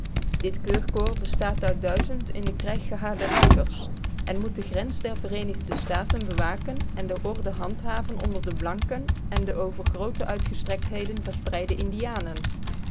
dit keurcorps bestaat uit duizend in den krijg geharde ruiters en moet de grens der vereenigde staten bewaken en de orde handhaven onder de blanken en de over groote uitgestrektheden verspreide indianen